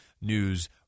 News